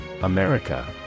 America